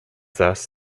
thus